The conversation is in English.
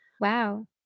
Wow